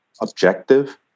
objective